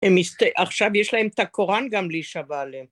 עכשיו יש להם את הקוראן גם להישבע עליהם